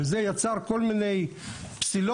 וזה יצר כל מיני פסילות